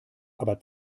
aber